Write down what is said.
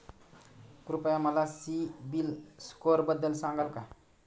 कृपया मला सीबील स्कोअरबद्दल सांगाल का?